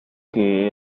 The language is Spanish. que